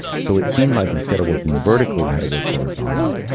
so it seemed like instead of working vertically, had to work horizontally.